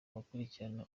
bakurikirana